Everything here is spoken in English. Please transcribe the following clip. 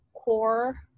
core